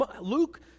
Luke